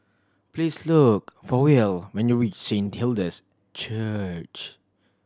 please look for Will when you reach Saint Hilda's Church